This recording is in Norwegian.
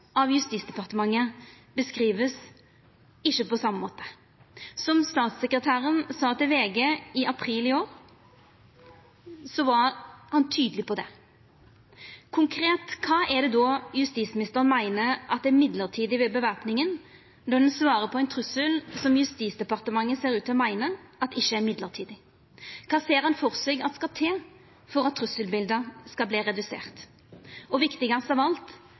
av Justisdepartementet, ikkje vert beskriven på same måte – som statssekretæren var tydeleg på til VG i april i år. Konkret: Kva er det då justisministeren meiner er mellombels ved væpninga, når ein svarar på ein trussel som Justisdepartementet ser ut til å meina ikkje er mellombels? Kva ser han for seg skal til for at trusselbiletet skal verta redusert? Og – viktigast av alt: